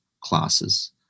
classes